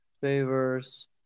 Favors